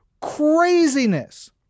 craziness